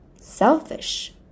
selfish